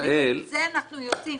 זה אנחנו יודעים,